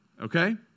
okay